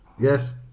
Yes